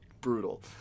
Brutal